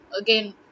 again